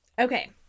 okay